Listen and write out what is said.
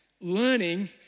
learning